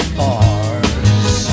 bars